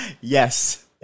yes